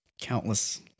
countless